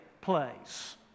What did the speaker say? place